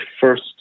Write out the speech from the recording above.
first